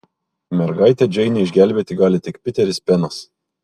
mergaitę džeinę išgelbėti gali tik piteris penas